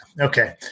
Okay